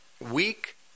weak